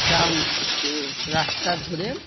গ্রাম রাস্তা ধরে